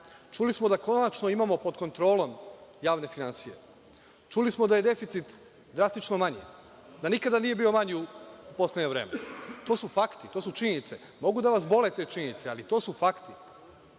čuli smo da konačno imamo pod kontrolom javne finansije, čuli smo da je deficit drastično manji, da nikada nije bio manji u poslednje vreme. To su fakti, to su činjenice. Mogu da vas bole te činjenice, ali to su fakti. Čuli